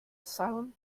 asylum